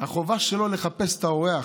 החובה שלו לחפש את האורח,